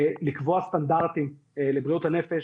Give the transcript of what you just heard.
סטנדרטים לבריאות הנפש.